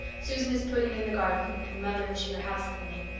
susan is putting in the garden, and mother and she are housecleaning,